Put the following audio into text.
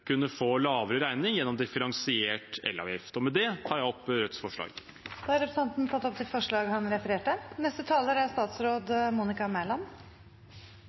kunne få lavere regning gjennom differensiert elavgift. Med det tar jeg opp Rødts forslag. Representanten Bjørnar Moxnes har tatt opp de forslagene han refererte